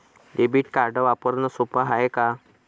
Debit card वापरणं सोप हाय का?